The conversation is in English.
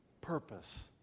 purpose